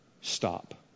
stop